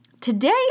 Today